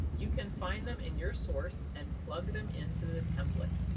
you can find them in your source and plug them into the template.